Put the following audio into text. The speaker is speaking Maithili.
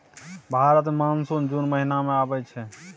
भारत मे मानसून जुन महीना मे आबय छै